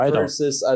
versus